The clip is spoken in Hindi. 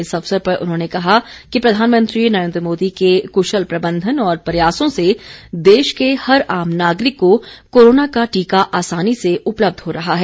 इस अवसर पर उन्होंने कहा कि प्रधानमंत्री नरेंद्र मोदी के कुशल प्रबंधन और प्रयासों से देश के हर आम नागरिक को कोरोना का टीका आसानी से उपलब्ध हो रहा है